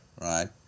right